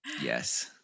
Yes